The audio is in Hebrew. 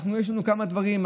יש לנו כמה דברים,